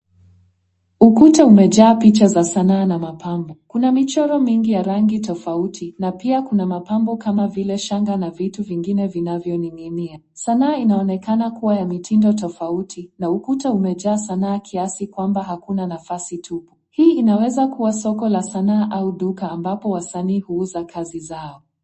Ukuta umejaa picha za sanaa na mapambo. Kuna michoro mingi ya rangi tofauti na pia kuna mapambo kama vile shanga na vitu vingine vinavyoning'inia. Sanaa inaonekana kuwa ya mitindo tofauti na ukuta umejaa sanaa kiasi kwamba hakuna nafasi tupu. Hii inaweza kuwa soko la sanaa au duka ambapo wasanii huuza kazi zao.